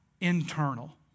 internal